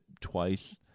twice